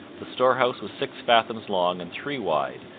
the storehouse was six fathoms long and three wide,